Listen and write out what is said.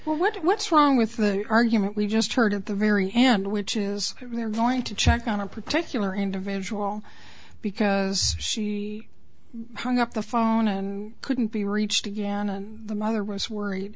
well what's wrong with the argument we just heard at the very end which is they're going to check on a particular individual because she hung up the phone and couldn't be reached again and the mother was worried